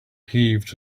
heaved